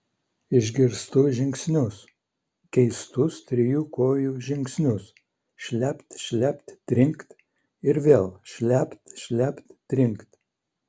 išgirstu žingsnius keistus trijų kojų žingsnius šlept šlept trinkt ir vėl šlept šlept trinkt